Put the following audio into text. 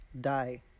die